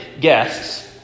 guests